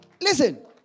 Listen